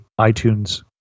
iTunes